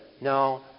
no